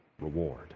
reward